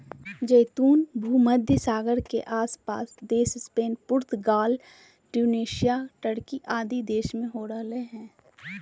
जैतून भूमध्य सागर के आस पास के देश स्पेन, पुर्तगाल, ट्यूनेशिया, टर्की आदि देश में हो रहल हई